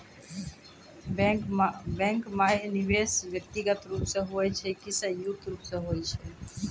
Bank माई निवेश व्यक्तिगत रूप से हुए छै की संयुक्त रूप से होय छै?